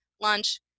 lunch